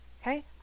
Okay